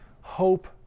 hope